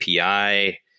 API